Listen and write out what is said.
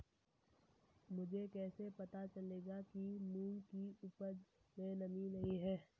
मुझे कैसे पता चलेगा कि मूंग की उपज में नमी नहीं है?